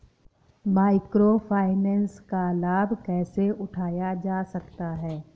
Micro finance का लाभ कैसे उठाया जा सकता है?